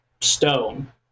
stone